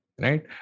right